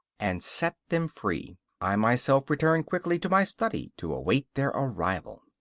and set them free i myself returned quickly to my study, to await their arrival.